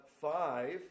five